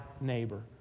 neighbor